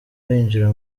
winjira